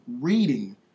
reading